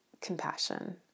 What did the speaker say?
compassion